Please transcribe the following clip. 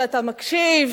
שאתה מקשיב,